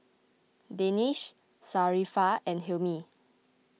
Danish Sharifah and Hilmi